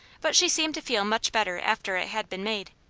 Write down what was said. but she seemed to feel much better after it had been made.